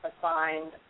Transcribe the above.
assigned